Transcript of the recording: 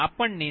04p